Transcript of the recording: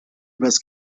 übers